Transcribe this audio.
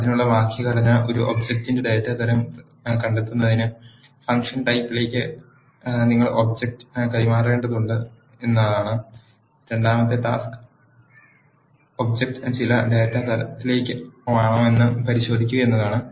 അതിനുള്ള വാക്യഘടന ഒരു ഒബ്ജക്റ്റിന്റെ ഡാറ്റാ തരം കണ്ടെത്തുന്നതിന് ഫംഗ്ഷൻ type ലേക്ക് നിങ്ങൾ ഒബ് ജക്റ്റ് കൈമാറേണ്ടതുണ്ട് എന്നതാണ് രണ്ടാമത്തെ ടാസ്ക് ഒബ്ജക്റ്റ് ചില ഡാറ്റ തരത്തിലാണോയെന്ന് പരിശോധിക്കുക എന്നതാണ്